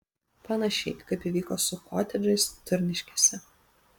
panašiai kaip įvyko su kotedžais turniškėse